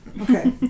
Okay